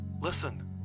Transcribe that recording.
listen